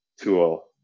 tool